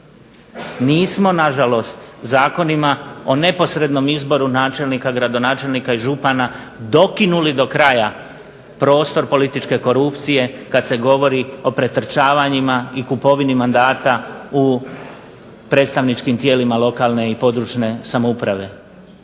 Nismo nažalost zakonima o neposrednom izboru načelnika, gradonačelnika i župana dokinuli do kraja prostor političke korupcije kad se govori o pretrčavanjima i kupovini mandata u predstavničkim tijelima lokalne i područne samouprave.